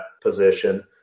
position